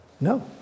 No